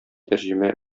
тәрҗемә